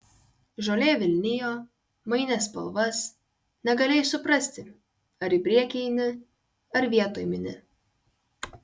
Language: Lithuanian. žolė vilnijo mainė spalvas negalėjai suprasti ar į priekį eini ar vietoj mini